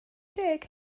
deg